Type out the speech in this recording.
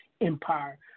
Empire